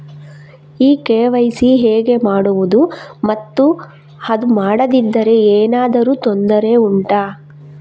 ಈ ಕೆ.ವೈ.ಸಿ ಹೇಗೆ ಮಾಡುವುದು ಮತ್ತು ಅದು ಮಾಡದಿದ್ದರೆ ಏನಾದರೂ ತೊಂದರೆ ಉಂಟಾ